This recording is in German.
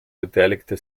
beteiligte